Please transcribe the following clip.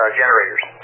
generators